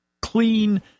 clean